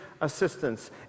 assistance